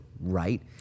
right